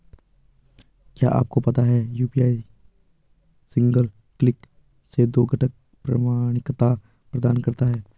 क्या आपको पता है यू.पी.आई सिंगल क्लिक से दो घटक प्रमाणिकता प्रदान करता है?